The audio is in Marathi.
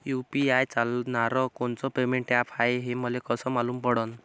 यू.पी.आय चालणारं कोनचं पेमेंट ॲप हाय, हे मले कस मालूम पडन?